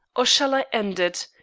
or shall i end it?